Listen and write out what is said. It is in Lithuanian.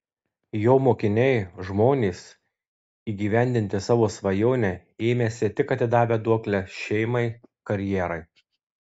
jo mokiniai žmonės įgyvendinti savo svajonę ėmęsi tik atidavę duoklę šeimai karjerai